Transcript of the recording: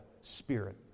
spirit